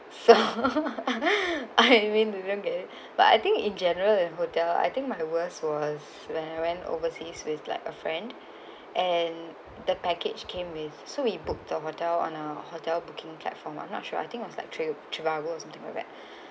so I mean didn't get it but I think in general in hotel I think my worst was when I went overseas with like a friend and the package came with so we book the hotel on a hotel booking platform I'm not sure I think was like tri~ Trivago or something like that